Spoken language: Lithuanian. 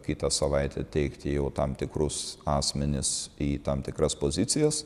kitą savaitę teikti jau tam tikrus asmenis į tam tikras pozicijas